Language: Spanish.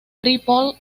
ripoll